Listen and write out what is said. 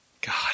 God